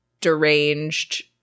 deranged